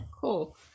cool